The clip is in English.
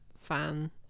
fan